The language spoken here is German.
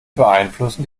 beeinflussen